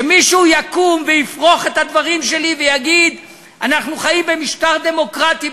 שמישהו יקום ויפריך את הדברים שלי ויגיד: אנחנו חיים במשטר דמוקרטי,